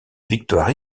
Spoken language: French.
victoire